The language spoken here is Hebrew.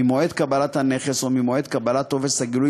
ממועד קבלת הנכס או ממועד קבלת טופס הגילוי,